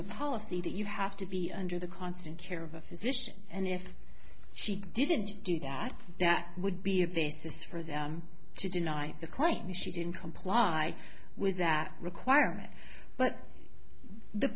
the policy that you have to be under the constant care of a physician and if she didn't do that that would be a basis for them to deny the client he she didn't comply with that requirement but the